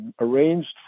arranged